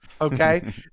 okay